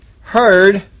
heard